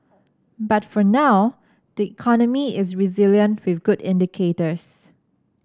but for now the economy is resilient with good indicators